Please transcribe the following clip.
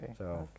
Okay